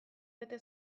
bete